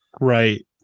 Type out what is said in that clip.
right